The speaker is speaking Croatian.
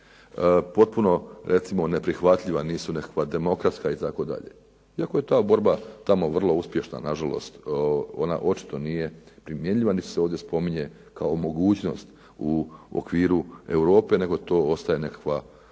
potpuno neprihvatljiva, nisu nekakva demokratska itd. iako je ta borba vrlo uspješna. Nažalost, ona očito nije primjenjiva niti se ovdje spominje kao mogućnost u okviru Europe, nego ostaje nekakav